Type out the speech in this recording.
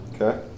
Okay